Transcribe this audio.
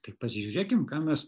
tai pasižiūrėkim ką mes